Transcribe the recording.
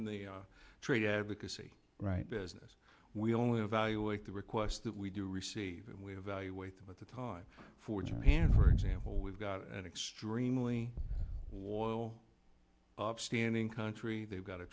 in the trade advocacy right business we only evaluate the requests that we do receive and we evaluate them at the time for japan for example we've got an extremely loyal upstanding country they've got a